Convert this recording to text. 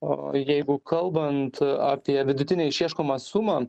o jeigu kalbant apie vidutinę išieškomą sumą